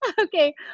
Okay